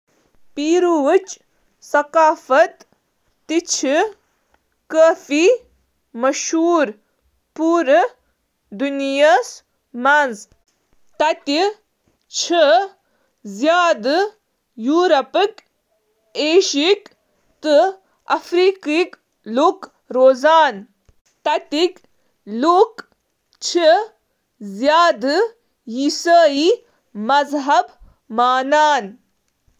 پیرو چُھ واریاہ ثقافتن ہنٛد اکھ خوبصورت مرکب پیش کران بشمول انکا، ہسپانوی نوآبادیاتی نظام تہٕ مقأمی ایمیزونین - تہٕ امیک نتیجہٕ چُھ اکھ یُتھ ملک یُس مجموعی طورس پیٹھ رنگین، دوستانہ تہٕ فطرتس سۭتۍ واریاہ جُڑتھ چُھ۔